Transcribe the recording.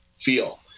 feel